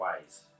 ways